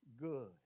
good